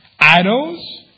Idols